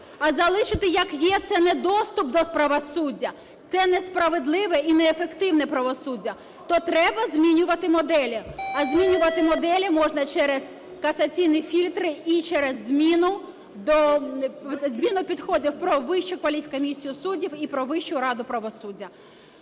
А залишити як є – це не доступ до правосуддя, це несправедливе і неефективне правосуддя. То треба змінювати моделі. А змінювати моделі можна через касаційні фільтри і через зміну підходів про Вищу кваліфкомісію суддів і про Вищу раду правосуддя.